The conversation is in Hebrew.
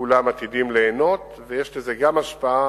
כולם עתידים ליהנות, ויש לזה גם השפעה,